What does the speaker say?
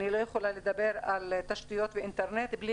אני לא יכולה לדבר על תשתיות ואינטרנט בלי